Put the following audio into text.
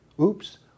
Oops